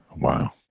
Wow